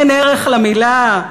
אין ערך למילה.